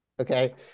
Okay